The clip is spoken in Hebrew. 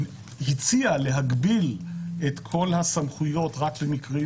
שהציע להגביל את כל הסמכויות רק למקרים